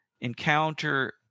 encounter